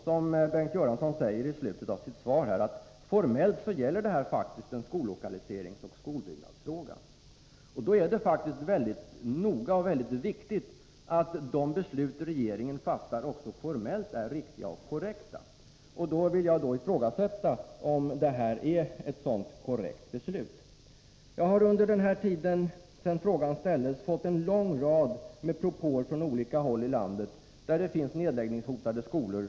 Som Bengt Göransson säger i slutet av sitt svar gäller det formellt en skollokaliseringsoch skolbyggnadsfråga. Då är det faktiskt mycket viktigt att det beslut som regeringen fattar också formellt är riktigt och korrekt. Jag vill ifrågasätta om detta beslut är ett sådant korrekt beslut. Jag har under tiden sedan frågan ställdes fått en lång rad propåer från olika håll i landet där det av olika skäl finns nedläggningshotade skolor.